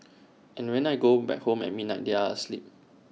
and when I go back home at midnight they are asleep